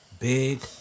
Big